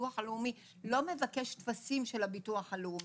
הביטוח הלאומי לא מבקש טפסים של הביטוח הלאומי.